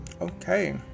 Okay